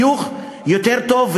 חיוך יותר טוב,